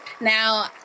Now